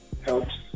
helps